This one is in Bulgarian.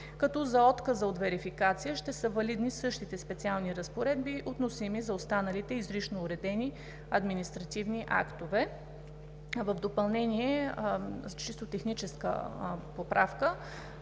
като за отказа от верификация ще са валидни същите специални разпоредби, относими за останалите изрично уредени административни актове. В допълнение, чисто техническа поправка.